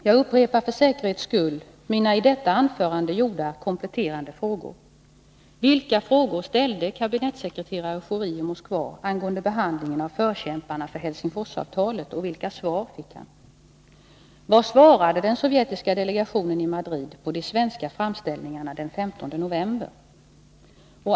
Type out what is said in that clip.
Jag upprepar för säkerhets skull mina i detta anförande gjorda kompletterande frågor: Vilka frågor ställde kabinettssekreterare Schori i Moskva angående behandlingen av förkämparna för Helsingforsavtalet och vilka svar fick han? Vad svarade den sovjetiska delegationen i Madrid på de svenska framställningarna den 15 december?